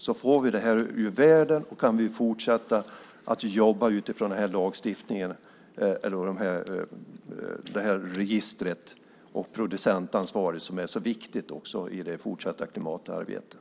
Då får vi det här ur världen och kan fortsätta att jobba utifrån det register och det producentansvar som är så viktigt i det fortsatta klimatarbetet.